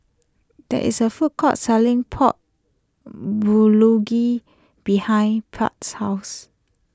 there is a food court selling Pork Bulgogi behind Pratt's house